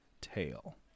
tail